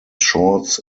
shorts